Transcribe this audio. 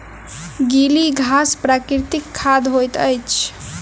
गीली घास प्राकृतिक खाद होइत अछि